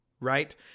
right